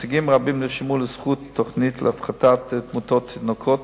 הישגים רבים נרשמו לזכות תוכנית להפחתת תמותת תינוקות